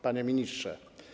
Panie Ministrze!